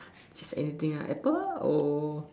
just anything right apple or